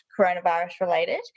coronavirus-related